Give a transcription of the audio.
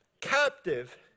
captive